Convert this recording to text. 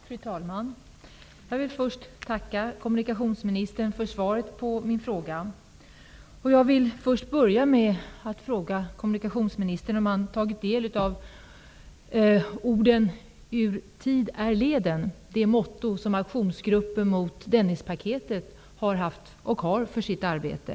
Fru talman! Jag vill först tacka kommunikationsministern för svaret på min fråga. Jag vill börja med att fråga kommunikationsministern om han har tagit del av orden ''Ur tid är leden''. Det mottot har aktionsgruppen mot Dennispaketet haft och har för sitt arbete.